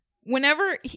Whenever